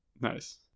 nice